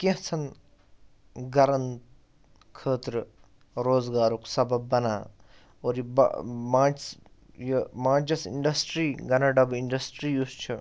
کینٛژَھن گرن خٲطرٕ روزگارُک سَبب بَنان اور یہٕ ماچِس یہٕ ماچِس اِنڈَسٹِری گَنَہ ڈٔبۍ اِنڈَسٹِری یُس چھِ